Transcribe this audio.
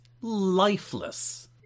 lifeless